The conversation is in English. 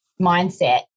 mindset